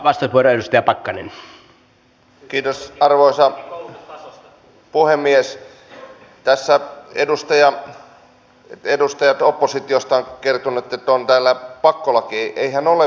missä vaiheessa työministeriössä ollaan pohtimassa sitä miten työllistämisrahoja voitaisiin käyttää vastikkeellisesti myös koulutukseen ja nuorten työllistymisen tukemiseen